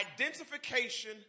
identification